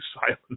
silent